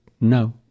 No